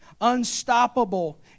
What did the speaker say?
unstoppable